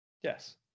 Yes